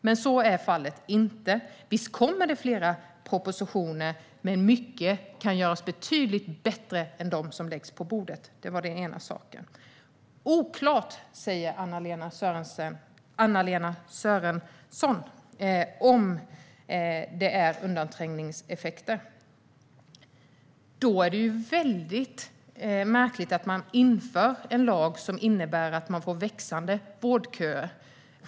Men så är fallet inte. Visst kommer flera propositioner, men mycket kan göras betydligt bättre än de förslag som läggs på bordet. Anna-Lena Sörenson säger att det är oklart om det finns undanträngningseffekter. Då är det märkligt att införa en lag som innebär växande vårdköer.